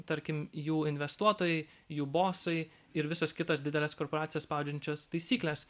tarkim jų investuotojai jų bosai ir visos kitos didelės korporacijos spaudžiančios taisyklės